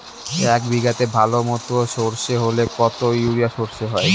এক বিঘাতে ভালো মতো সর্ষে হলে কত ইউরিয়া সর্ষে হয়?